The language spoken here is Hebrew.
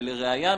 ולראיה,